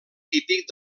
típic